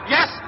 Yes